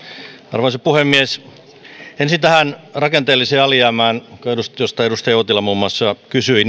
arvoisa puhemies ensin tähän rakenteelliseen alijäämään josta edustaja uotila muun muassa kysyi